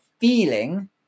feeling